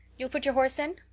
you'll put your horse in?